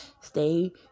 Stay